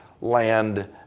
land